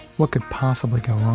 what could possibly go